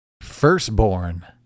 Firstborn